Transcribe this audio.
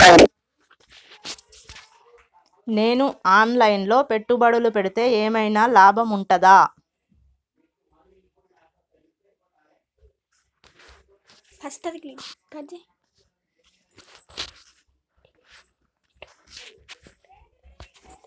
నేను online లో పెట్టుబడులు పెడితే ఏమైనా లాభం ఉంటదా?